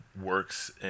works